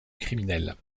criminels